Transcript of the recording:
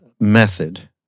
method